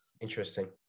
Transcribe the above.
Interesting